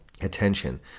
attention